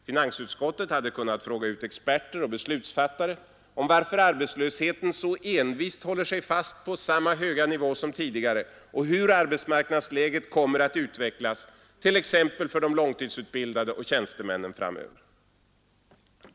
Finansutskottet hade kunnat fråga ut experter och beslutsfattare om varför arbetslösheten så envist håller sig kvar på samma höga nivå som tidigare och hur arbetsmarknadsläget kommer att utvecklas för t.ex. de långtidsutbildade och tjänstemännen framöver.